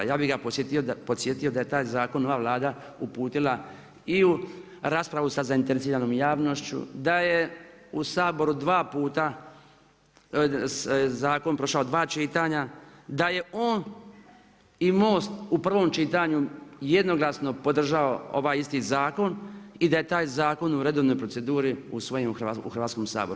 Ja bi ga podsjetio da je taj Zakon ova Vlada uputila i u raspravu sa zainteresiranom javnošću, da je u Saboru 2 puta, zakon prošao 2 čitanja, da je on i Most u prvom čitanju, jednoglasno podržao ovaj isti zakon i da je taj zakon u redovnoj proceduri usvojen u Hrvatskom saboru.